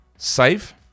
save